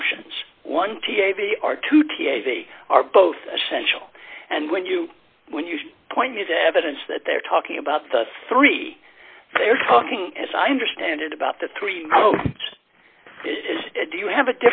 options one t a v r to t a s e are both essential and when you when you point is the evidence that they're talking about the three they're talking as i understand it about the three do you have a